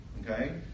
Okay